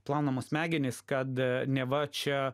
plaunamos smegenys kad neva čia